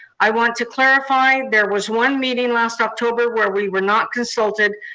i want to clarify there was one meeting last october where we were not consulted,